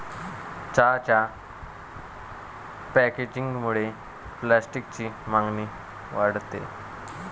चहाच्या पॅकेजिंगमुळे प्लास्टिकची मागणी वाढते